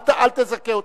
חבר הכנסת זחאלקה.